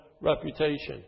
reputation